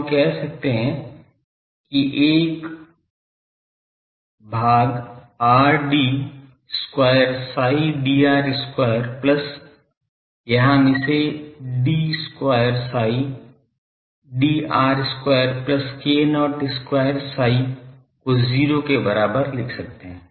तो हम कह सकते हैं कि 1 by r d square psi dr square plus या हम इसे d square phi d r square plus k0 square phi को जीरो के बराबर लिख सकते हैं